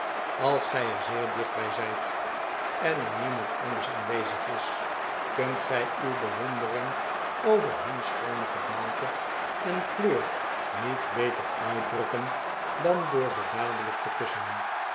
als gij er zeer dicht bij zijt en er niemand anders aanwezig is kunt gij uw bewondering over hun schoone gedaante en kleur niet beter uitdrukken dan door ze dadelijk te kussen